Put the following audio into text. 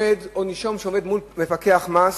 שנישום שעומד מול מפקח מס